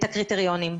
הקריטריונים.